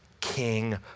king